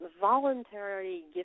voluntary